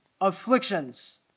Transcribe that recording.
afflictions